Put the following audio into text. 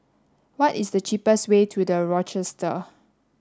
what is the cheapest way to The Rochester